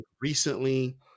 recently